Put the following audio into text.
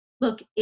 look